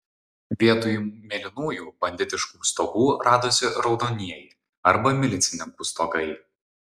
vietoj mėlynųjų banditiškų stogų radosi raudonieji arba milicininkų stogai